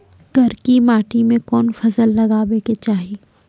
करकी माटी मे कोन फ़सल लगाबै के चाही?